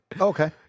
Okay